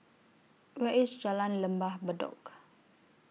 Where IS Jalan Lembah Bedok